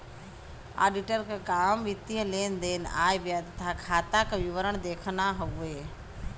auditor क काम वित्तीय लेन देन आय व्यय तथा खाता क विवरण देखना हउवे